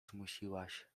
zmusiłaś